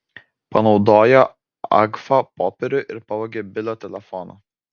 panaudojo agfa popierių ir pavogė bilio telefoną